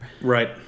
Right